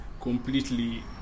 completely